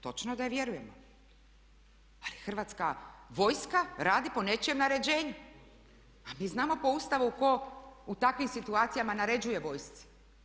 Točno je da vjerujemo ali Hrvatska vojska radi po nečijem naređenju a mi znamo po Ustavu tko u takvim situacijama naređuje vojsci.